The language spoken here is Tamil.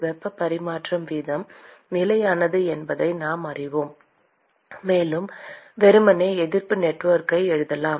வெப்ப பரிமாற்ற வீதம் நிலையானது என்பதை நாம் அறிவோம் மேலும் நாம் வெறுமனே எதிர்ப்பு நெட்வொர்க்கை எழுதலாம்